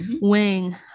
wing